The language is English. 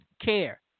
care